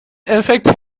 effekt